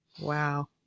Wow